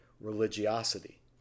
religiosity